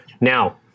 Now